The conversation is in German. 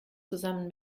zusammen